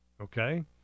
okay